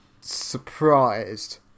surprised